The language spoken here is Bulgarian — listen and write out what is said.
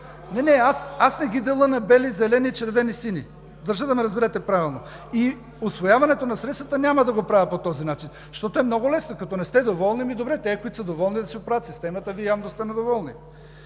Не, не! Аз не ги деля на бели, зелени, червени, сини. Държа да ме разберете правилно! Усвояването на средствата няма да го правя по този начин! Защото е много лесно, като не сте доволни, ами добре, тези, които са доволни, да си оправят системата, Вие явно сте недоволни.